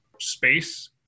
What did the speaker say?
space